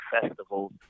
festivals